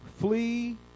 Flee